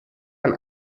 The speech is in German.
ein